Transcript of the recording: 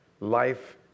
life